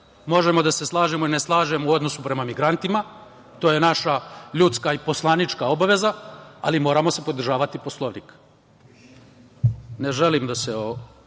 stvari. Možemo da se slažemo ili ne slažemo u odnosu prema migrantima, to je naša ljudska i poslanička obaveza, ali moramo se pridržavati Poslovnika. Ne želim da se o